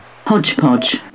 Hodgepodge